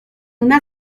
una